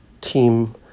team